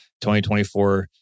2024